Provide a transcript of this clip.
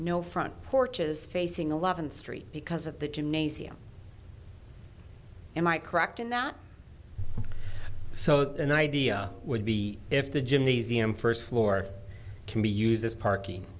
no front porch is facing a lot in street because of the gymnasium am i correct in that so the idea would be if the gymnasium first floor can be used as parking